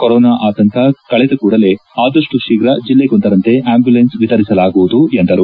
corona ಆತಂಕ ಕಳೆದ ಕೂಡಲೇ ಆದಷ್ಟು ಶೀಫ್ರ ಜಿಲ್ಲೆಗೊಂದರಂತೆ ಆಂಬ್ಯುಲೆನ್ಸ್ ವಿತರಿಸಲಾಗುವುದು ಎಂದು ತಿಳಿಸಿದರು